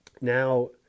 Now